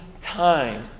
time